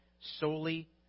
solely